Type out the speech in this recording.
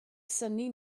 synnu